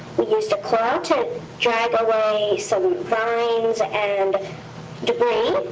we used a plow to drag away some vines and debris.